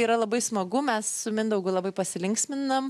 yra labai smagu mes su mindaugu labai pasilinksminam